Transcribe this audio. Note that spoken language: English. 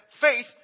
Faith